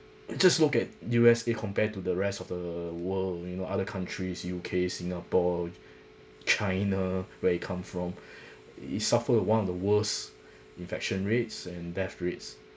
just look at U_S_A compared to the rest of the world you know other countries U_K singapore china where it come from it suffer one of the world's infection rates and death rates